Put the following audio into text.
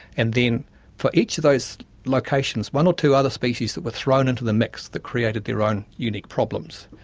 and then for each of those locations, one or two other species that were thrown into the mix that created their own unique problems.